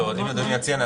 אם אדוני יציע,